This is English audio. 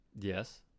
Yes